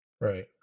Right